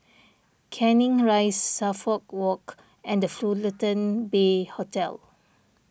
Canning Rise Suffolk Walk and the Fullerton Bay Hotel